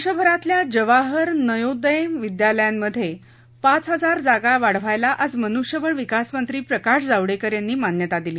देशभरातल्या जवाहर नवोदय विद्यालयांमधे पाच हजार जागा वाढवायला आज मनुष्यबळ विकासमंत्री प्रकाश जावडेकर यांनी मान्यता दिली